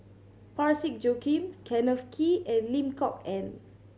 Parsick Joaquim Kenneth Kee and Lim Kok Ann